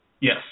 Yes